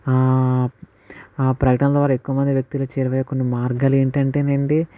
ఆ ప్రకటనల ద్వారా ఎక్కువ మంది వ్యక్తులు చేరువయ్యే కొన్ని మార్గాలు ఏంటి అంటే అండి